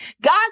God